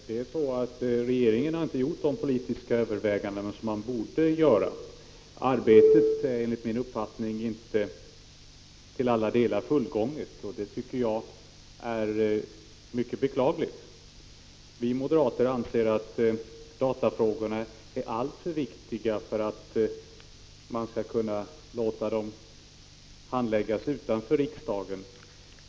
Fru talman! Regeringen har inte gjort de politiska överväganden som den borde göra. Arbetet är enligt min uppfattning inte till alla delar fullgånget, och det tycker jag är mycket beklagligt. Vi moderater anser att datafrågorna är alltför viktiga för att man skall kunna låta dem handläggas utanför riksdagen.